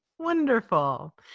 Wonderful